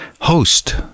host